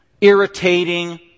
irritating